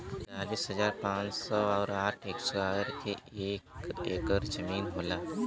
तिरालिस हजार पांच सौ और साठ इस्क्वायर के एक ऐकर जमीन होला